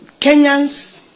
Kenyans